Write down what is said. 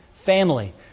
family